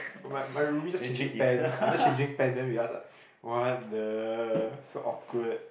my my roomie just changing pants I just changing pants then we just like what the so awkward